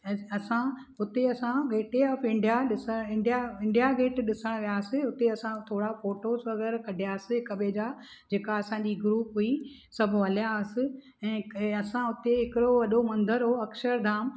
ऐं असां हुते असां गेटवे ऑफ इंडिया ॾिसण इंडिया गेट ॾिसण वियासीं हुते असां थोरा फ़ोटोस वग़ैरह कढियासीं हिक ॿिए जा जेका असांजी ग्रुप हुई सभु हलियासीं ऐं असां हुते हिकिड़ो वॾो मंदरु हो अक्षरधाम